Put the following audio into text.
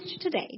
today